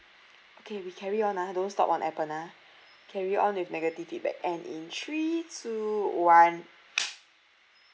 okay we carry on ah don't stop on Appen ah carry on with negative feedback and in three two one